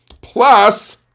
Plus